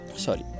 sorry